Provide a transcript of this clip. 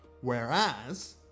whereas